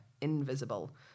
invisible